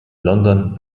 london